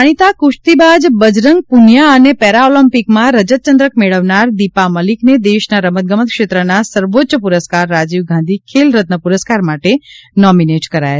જાણીતા કુશ્તીબાજ બજરંગ પુનિયા અને પેરાઓલમ્પિકમાં રજતચંદ્રક મેળવનાર દીપા મલિકને દેશના રમતગમત ક્ષેત્રના સર્વોચ્ય પુરસ્કાર રાજીવ ગાંધી ખેલરત્ન પુરસ્કાર માટે નોમીનેટ કરાયા છે